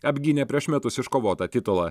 apgynė prieš metus iškovotą titulą